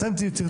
אתם תרצו,